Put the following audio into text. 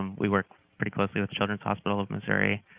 we work pretty closely with children's hospital of missouri,